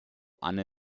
anna